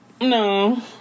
No